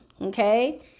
okay